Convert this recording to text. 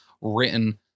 written